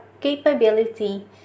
capability